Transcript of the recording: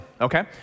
okay